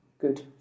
good